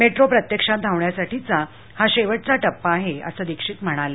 metro प्रत्यक्षात धावण्यासाठीचा हा शेवटचा टप्पा आहे असं दीक्षित म्हणाले